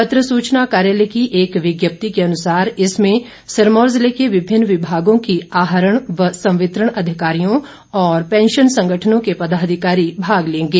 पत्र सूचना कार्यालय की एक विज्ञप्ति के अनुसार इसमें सिरमौर जिले के विभिन्न विभागों की आहरण व संवितरण अधिकारियों और पैंशन संगठनों के पदाधिकारी भाग लेंगे